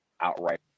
outright